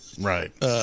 Right